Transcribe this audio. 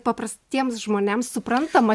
paprastiems žmonėms suprantamą